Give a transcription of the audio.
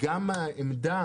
גם העמדה